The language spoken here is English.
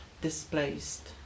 displaced